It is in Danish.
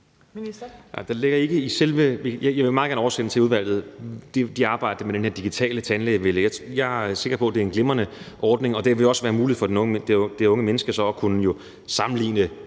Jeg vil meget gerne oversende til udvalget det arbejde med den her digitale tandlægevælger. Jeg er sikker på, at det er en glimrende ordning, og det vil jo så også være muligt for det unge menneske at kunne sammenligne